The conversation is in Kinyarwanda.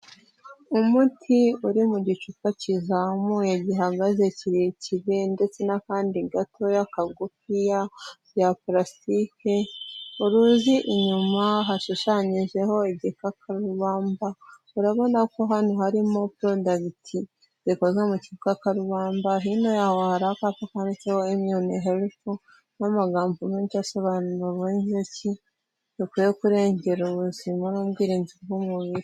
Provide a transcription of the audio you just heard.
Umuti uri mu gicupa kiizamuye gihagaze kirekire ndetse n'akandi gatoya kagufiya ka pulastike. Uruzi inyuma hashushanyijeho igikakarubamba, urabona ko hano harimo pronda bitikozezwe mu kika karubanmbahino yaho harirapfapa nta cyangwa wayone hefu n'amagambo menshi menshi asobanuwe nkiiki dukwiye kurengera ubuzima n'ubwirinzi bw'umubiri.